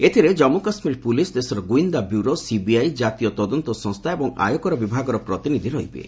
ଏଥିରେ ଜନ୍ମୁ କାଶ୍ମୀର ପୁଲିସ୍ ଦେଶର ଗୁଇନ୍ଦା ବ୍ୟୁରୋ ସିବିଆଇ ଜାତୀୟ ତଦନ୍ତ ସଂସ୍ଥା ଏବଂ ଆୟକର ବିଭାଗ ପ୍ରତିନିଧ୍ୟ ରହିବେ